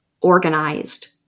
organized